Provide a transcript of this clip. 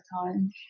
time